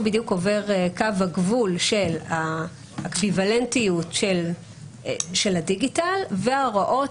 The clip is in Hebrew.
בדיוק עובר קו הגבול של האקוויוולנטיות של הדיגיטל וההוראות